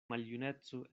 maljuneco